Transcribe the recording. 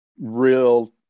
real